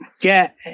get